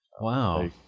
Wow